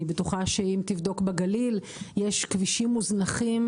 אני בטוחה שאם תבדוק בגליל יש כבישים מוזנחים,